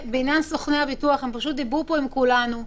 סוכני הביטוח דיברו פה עם כולנו.